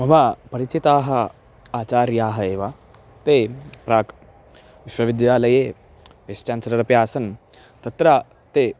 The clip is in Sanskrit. मम परिचिताः आचार्याः एव ते प्राक् विश्वविद्यालये वेस् चान्सिलर् अपि आसन् तत्र ते